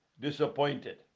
disappointed